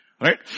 Right